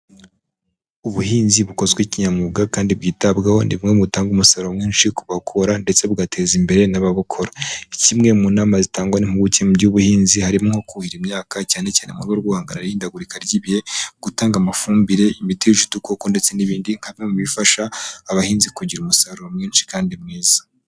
Ubuhinzi bukozwe kinyamwuga kandi bwitabwaho ni bumwe mu butanga umusaruro mwinshi ku babukora ndetse bugateza imbere n'ababukora. Kimwe mu nama zitangwa n'impuguke mu by'ubuhinzi harimo kuhira imyaka cyane cyane mu rwego rwo guhangana n'ihindagurika ry'ibihe, gutanga amafumbire, imiti yica udukoko ndetse n'ibindi nka bimwe mu bifasha abahinzi kugira umusaruro mwinshi kandi mwiza.